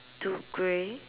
two grey